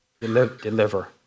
deliver